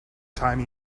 time